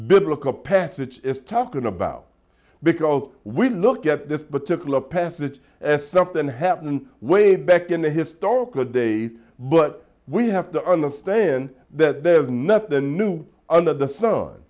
biblical passage is talking about because we look at this particular passage as something happened way back in the historical days but we have to understand that there's enough the new under